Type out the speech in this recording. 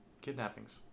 kidnappings